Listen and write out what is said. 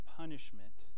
punishment